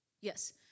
Yes